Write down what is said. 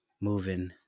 moving